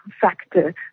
factor